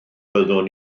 byddwn